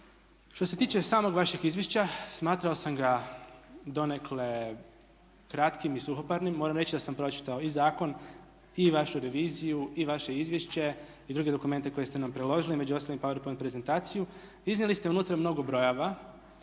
Što se tiče samog vašeg izvješća, smatrao sam ga donekle kratkim i suhoparnim. Moram reći da sam pročitao i zakon i vašu reviziju i vaše izvješće i druge dokumente koje ste nam priložili, među ostalim i Power Point prezentaciju. Iznijeli ste unutra mnogo brojeva,